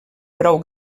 prou